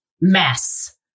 mess